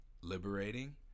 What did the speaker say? liberating